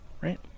Right